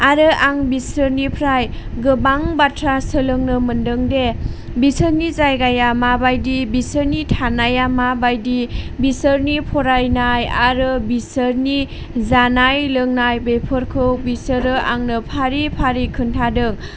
आरो आं बिसोरनिफ्राय गोबां बाथ्रा सोलोंनो मोनदों दि बिसोरनि जायगाया माबायदि बिसोरनि थानाया माबायदि बिसोरनि फरायनाय आरो बिसोरनि जानाय लोंनाय बेफोरखौ बिसोरो आंनो फारि फारि खोन्थादों